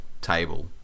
table